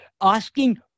asking